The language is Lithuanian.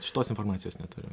šitos informacijos neturiu